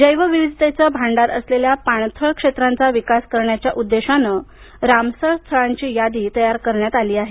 जैवविविधतेचं भांडार असलेल्या पाणथळ क्षेत्रांचा विकास करण्याच्या उद्देशानं रामसर स्थळांची यादी तयार करण्यात आली आहे